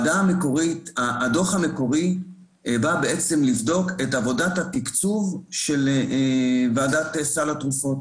הדוח המקורי בא לבדוק את עבודת התקצוב של ועדת סל התרופות.